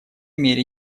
мере